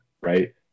right